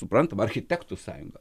suprantama architektų sąjunga